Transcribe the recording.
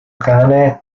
cane